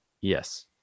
Yes